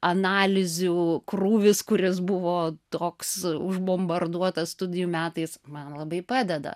analizių krūvis kuris buvo toks užbombarduotas studijų metais man labai padeda